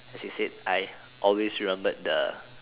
she said I always remembered the